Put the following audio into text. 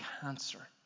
cancer